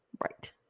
Right